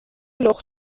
لخت